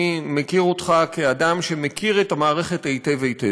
אני מכיר אותך כאדם שמכיר את המערכת היטב היטב.